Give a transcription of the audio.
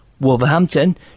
Wolverhampton